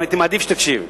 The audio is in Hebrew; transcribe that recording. אבל הייתי מעדיף שתקשיב.